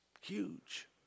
Huge